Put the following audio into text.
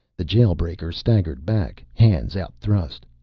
the jail-breaker staggered back, hands outthrust.